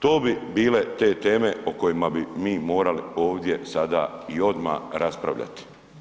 To bi bile te teme o kojima bi morali ovdje sada i odmah raspravljati.